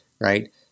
right